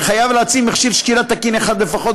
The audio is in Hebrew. יהיה חייב להציב מכשיר שקילה תקין אחד לפחות